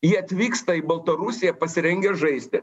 jie atvyksta į baltarusiją pasirengę žaisti